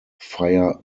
fire